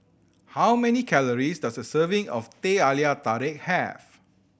how many calories does a serving of Teh Halia Tarik have